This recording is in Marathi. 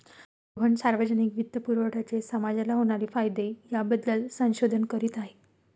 रोहन सार्वजनिक वित्तपुरवठ्याचे समाजाला होणारे फायदे याबद्दल संशोधन करीत आहे